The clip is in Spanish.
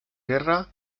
guerra